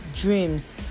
dreams